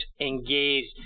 engaged